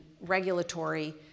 regulatory